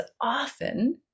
often